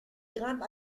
grimpe